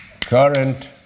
Current